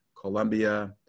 Colombia